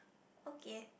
okay